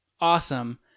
awesome